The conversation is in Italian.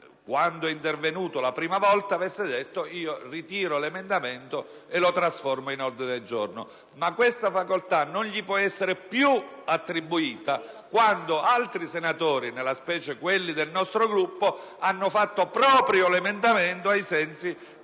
quando è intervenuto la prima volta, avesse detto di ritirare l'emendamento e di trasformarlo in ordine del giorno; tuttavia, questa facoltà non gli può essere più attribuita quando altri senatori, nella specie quelli del nostro Gruppo, hanno fatto proprio l'emendamento, ai sensi